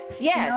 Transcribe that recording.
yes